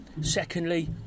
Secondly